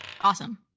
Awesome